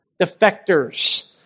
Defectors